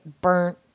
burnt